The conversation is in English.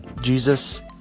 Jesus